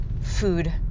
food